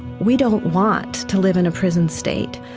we don't want to live in a prison state.